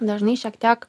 dažnai šiek tiek